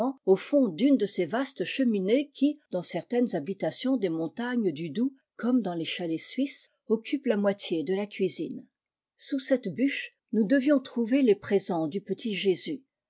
au fond d'une de ces vastes cheminées qui dans certaines habitations des montagnes du doubs comme dans les chalets suisses occupent la moitié de la cuisine sous cette bûche nous devions trouver les présents du petit jésus